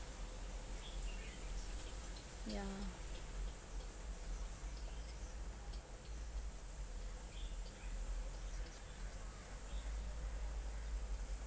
yeah